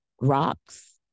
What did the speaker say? rocks